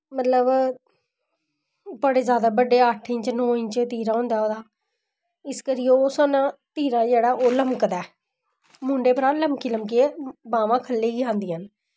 मतलब बड़े जैदा बड्डे अट्ठ इंच नौ इंच तीरा होंदा ओह्दा इस करियै ओह् सानूं तीरा जेह्ड़ा ओह् लमकदा ऐ मुंडे परा लमकी लमकियै बाह्मां ख'ल्ले गी आंदियां न